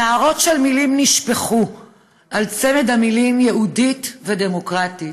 נהרות של מילים נשפכו על צמד המילים "יהודית" ו"דמוקרטית".